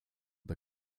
the